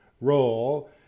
role